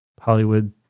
Hollywood